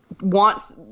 wants